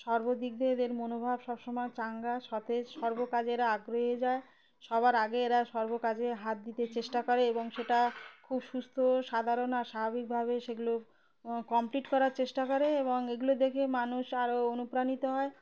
সর্বদিক দিয়ে এদের মনোভাব সবসময় চাঙ্গা সতেজ সর্বকাজে এরা আগ্রহী যায় সবার আগে এরা সর্বকাজে হাত দিতে চেষ্টা করে এবং সেটা খুব সুস্থ সাধারণ আর স্বাভাবিকভাবে সেগুলো কমপ্লিট করার চেষ্টা করে এবং এগুলো দেখে মানুষ আরও অনুপ্রাণিত হয়